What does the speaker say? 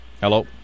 Hello